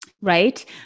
Right